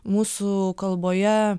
mūsų kalboje